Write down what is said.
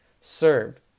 served